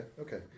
okay